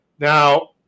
Now